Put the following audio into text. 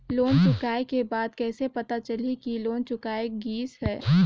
Loan चुकाय के बाद कइसे पता चलही कि लोन चुकाय गिस है?